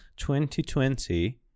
2020